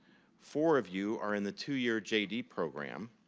four of you are in the two-year jd program.